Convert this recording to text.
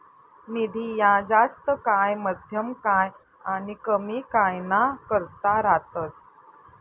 निधी ह्या जास्त काय, मध्यम काय आनी कमी काय ना करता रातस